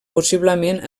possiblement